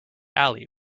alley